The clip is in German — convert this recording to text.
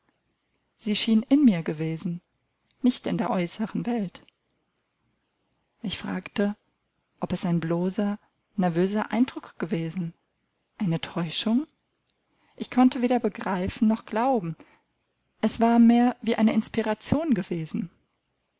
sie schien in mir gewesen nicht in der äußeren welt ich fragte ob es ein bloßer nervöser eindruck gewesen eine täuschung ich konnte weder begreifen noch glauben es war mehr wie eine inspiration gewesen